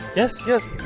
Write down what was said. yes. yes.